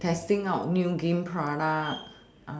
testing out new game product